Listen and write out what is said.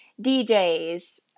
DJs